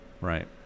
Right